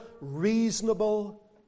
reasonable